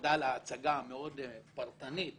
תודה על ההצגה המאוד פרטנית